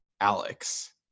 Alex